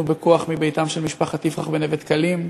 בכוח מביתם של משפחת יפרח מנווה-דקלים?